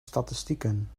statistieken